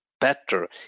better